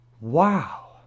Wow